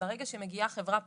ברגע שמגיעה חברה פרטית,